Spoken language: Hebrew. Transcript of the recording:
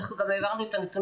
אנחנו גם העברנו את הנתונים,